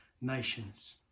nations